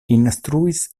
instruis